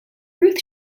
ruth